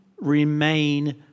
remain